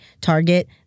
target